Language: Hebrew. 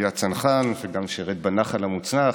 היה צנחן וגם שירת בנח"ל המוצנח,